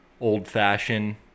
old-fashioned